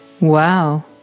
Wow